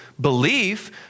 belief